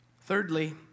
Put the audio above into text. Thirdly